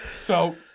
So-